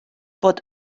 fod